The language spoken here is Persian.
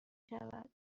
شود